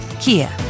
Kia